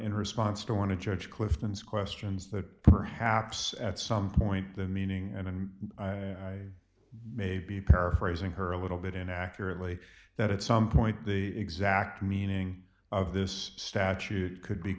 in response to want to church clifton's questions that perhaps at some point the meaning and maybe paraphrasing her a little bit inaccurately that at some point the exact meaning of this statute could be